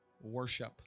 Worship